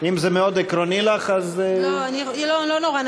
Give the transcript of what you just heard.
אם זה מאוד עקרוני לך אז, לא, לא נורא.